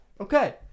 Okay